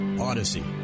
Odyssey